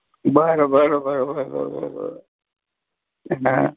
बरं बरं बरं बरं बरं बरं बरं हा